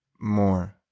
more